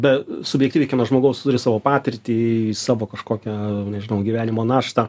be subjektyvi žmogaus turi savo patirtį savo kažkokią nežinau gyvenimo naštą